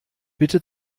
bitte